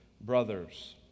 brothers